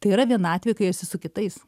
tai yra vienatvė kai esi su kitais